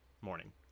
morning